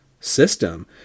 system